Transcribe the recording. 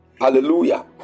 Hallelujah